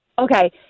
Okay